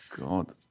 God